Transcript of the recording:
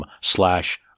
slash